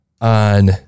on